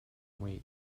wait